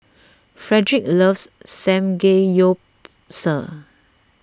Fredrick loves Samgeyopsal